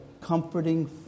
comforting